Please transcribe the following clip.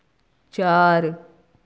चार